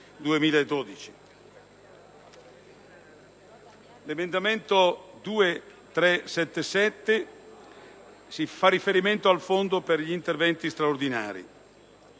L'emendamento 2.377 fa invece riferimento al Fondo per gli interventi straordinari.